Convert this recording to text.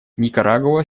никарагуа